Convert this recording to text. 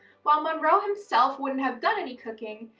while monroe himself wouldn't have done any cooking,